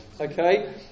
Okay